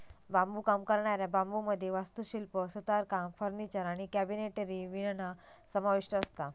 बांबुकाम करणाऱ्या बांबुमध्ये वास्तुशिल्प, सुतारकाम, फर्निचर आणि कॅबिनेटरी विणणा समाविष्ठ असता